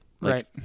Right